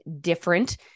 different